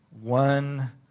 one